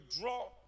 draw